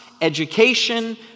education